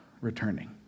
returning